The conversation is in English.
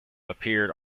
appeared